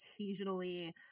occasionally